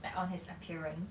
like on his appearance